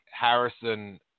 Harrison